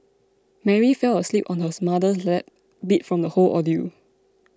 Mary fell asleep on her mother's lap beat from the whole ordeal